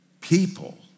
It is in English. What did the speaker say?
people